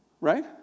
right